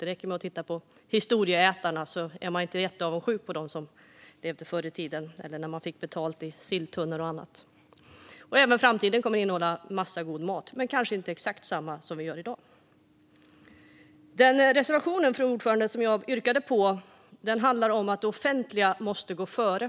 Det räcker med att titta på Historieätarna ; man är inte jätteavundsjuk på dem som levde förr i tiden, när folk fick betalt i silltunnor och annat. Även framtiden kommer att innehålla en massa god mat, men kanske inte exakt samma mat som vi äter i dag. Fru talman! Den reservation jag yrkade bifall till handlar om att det offentliga måste gå före.